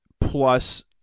plus